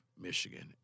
Michigan